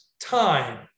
time